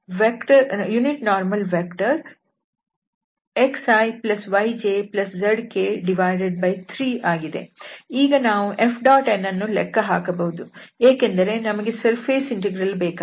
ಈಗ ನಾವು Fnಅನ್ನು ಲೆಕ್ಕ ಹಾಕಬಹುದು ಏಕೆಂದರೆ ನಮಗೆ ಸರ್ಫೇಸ್ ಇಂಟೆಗ್ರಲ್ ಬೇಕಾಗಿದೆ